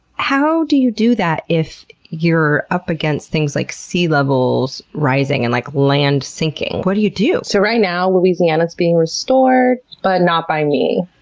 how do you do that if you're up against things like sea levels rising and like land sinking? what do you do? so right now louisiana's being restored, but not by me.